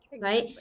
Right